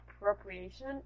appropriation